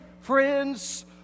friends